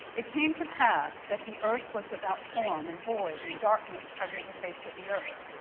it came to pass that the earth was without form and void. and darkness covered the face of the earth.